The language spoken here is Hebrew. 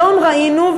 היום ראינו,